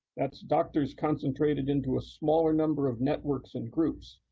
that's doctors concentrated into a smaller number of networks and groups,